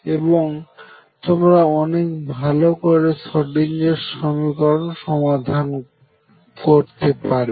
এবং তোমরা অনেক ভালো করে সোডিঞ্জার সমীকরণ সমাধান করতে পারবে